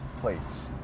plates